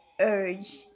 urge